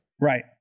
Right